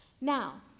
Now